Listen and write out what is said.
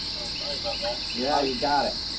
oh, sorry about that. yeah, you got it.